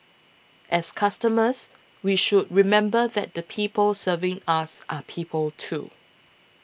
as customers we should remember that the people serving us are people too